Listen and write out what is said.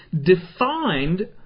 defined